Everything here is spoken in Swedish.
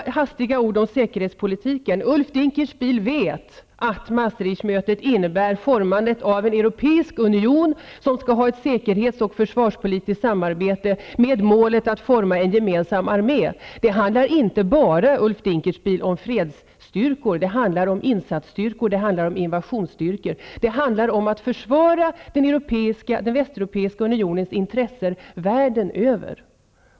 Helt hastigt några ord om säkerhetspolitiken. Ulf Dinkelspiel vet att Maastricht-mötet innebär formandet av en europeisk union för ett säkerhetsoch försvarspolitiskt samarbete med målet att skapa en gemensam armé. Det handlar inte bara, Ulf Dinkespiel, om fredsstyrkor -- det handlar om insatsstyrkor, det handlar om invasionsstyrkor, det handlar om styrkor som skall försvara den västeuropeiska unionens intressen världen över.